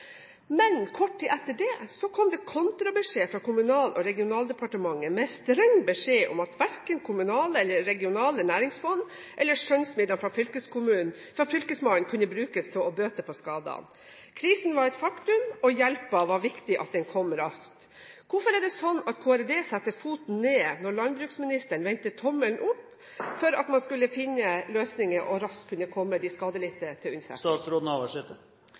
Men kort tid etter det kom det kontrabeskjed fra Kommunal- og regionaldepartementet, med streng beskjed om at verken kommunale eller regionale næringsfond eller skjønnsmidler fra Fylkesmannen kunne brukes til å bøte på skadene. Krisen var et faktum, og det var viktig at hjelpen kom raskt. Hvorfor setter KRD foten ned når landbruksministeren vendte tommelen opp for at man skulle finne løsninger og raskt kunne komme de skadelidte til